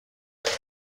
ابراز